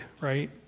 right